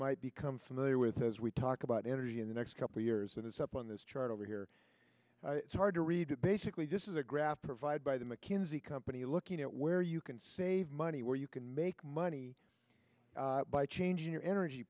might become familiar with as we talk about energy in the next couple years that is up on this chart over here it's hard to read it basically this is a graph provided by the mckinsey company looking at where you can save money where you can make money by changing your energy